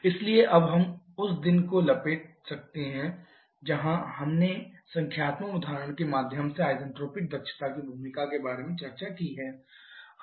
इसलिए अब हम उस दिन को लपेट सकते हैं जहां हमने संख्यात्मक उदाहरण के माध्यम से आइसेंट्रोपिक दक्षता की भूमिका के बारे में चर्चा की है